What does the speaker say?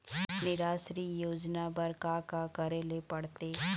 निराश्री योजना बर का का करे ले पड़ते?